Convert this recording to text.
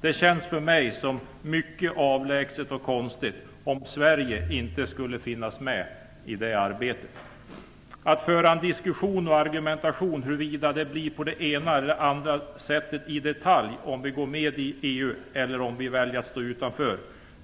Det känns för mig som mycket avlägset och konstigt om Sverige inte skulle finnas med i det arbetet. Att föra en diskussion och argumentation huruvida det blir på det ena eller andra sättet i detalj om vi går med i EU eller om vi väljer att stå utanför